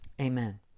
Amen